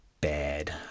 bad